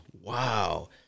wow